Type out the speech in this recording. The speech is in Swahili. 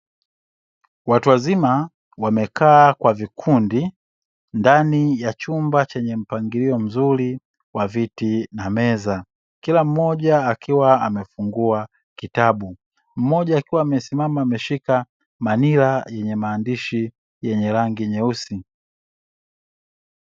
Watu wazima wamekaa kwa vikundi, ndani ya chumba chenye mpangilio mzuri wa viti na meza. Kila mmoja akiwa amefungua kitabu, mmoja akiwa amesimama ameshika manila yenye maandishi yenye rangi nyeusi.